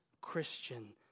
Christian